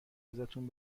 ازتون